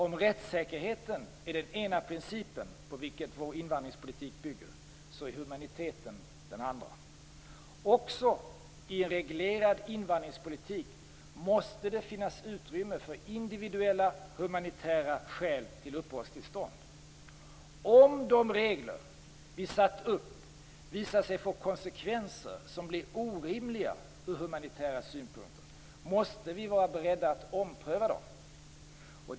Om rättssäkerheten är den ena principen på vilken vår invandringspolitik bygger, är humaniteten den andra. Också i en reglerad invandringspolitik måste det finnas utrymme för individuella humanitära skäl till uppehållstillstånd. Om de regler vi satt upp visar sig få konsekvenser som blir orimliga ur humanitära synpunkter måste vi vara beredda att ompröva dem.